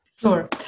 Sure